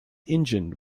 engined